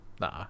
Nah